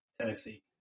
Tennessee